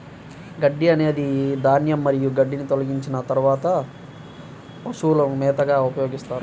గడ్డి అనేది ధాన్యం మరియు గడ్డిని తొలగించిన తర్వాత పశువుల మేతగా ఉపయోగిస్తారు